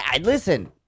Listen